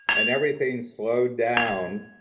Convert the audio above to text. and everything slowed down,